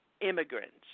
immigrants